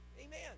Amen